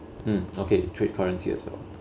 mm okay trade currency as well